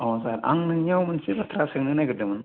अह सार आं नोंनियाव मोनसे बाथ्रा सोंनो नागिरदोंमोन